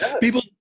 people